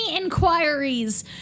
inquiries